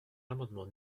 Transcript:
l’amendement